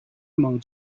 among